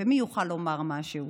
ומי יוכל לומר משהו?